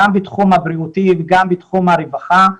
גם בתחום הבריאותי וגם בתחום הרווחה.